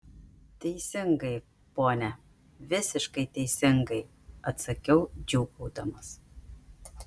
teisingai pone visiškai teisingai atsakiau džiūgaudamas